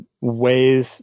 ways